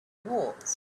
wars